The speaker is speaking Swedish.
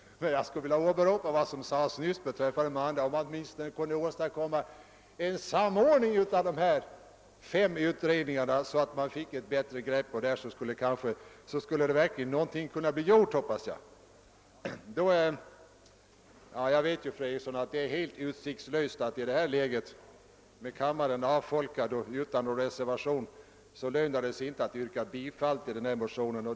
Men jag vill åberopa vad som sades för en stund sedan om andra utredningar: om man kunde åstadkomma en samordning av dessa fem utredningar, så att man fick ett bättre grepp på hela frågan, skulle man våga börja hoppas att någonting skulle bli gjort. Jag vet ju, att det är helt utsiktslöst att, med kammaren avfolkad och utan att någon reservation fogats till utlåtandet, yrka bifall till motionen.